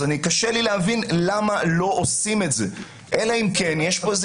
קשה לי להבין למה לא עושים את זה אלא אם כן יש כאן איזה